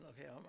Okay